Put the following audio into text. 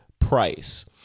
price